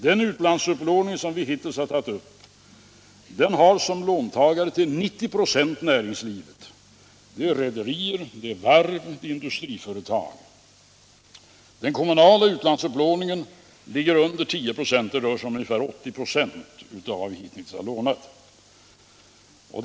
Den utlandsupplåning som vi hittills har tagit upp har näringslivet som låntagare till 90 96 — rederier, varv och industriföretag. Den kommunala utlandsupplåningen uppgår till mindre än 10 96 av vad vi hittills har lånat. Det rör sig om ca 8 96.